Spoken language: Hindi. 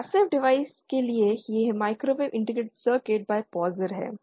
पैसिव डिवाइस के लिए यह माइक्रोवेव इंटीग्रेटेड सर्किट्स बय पोज़र है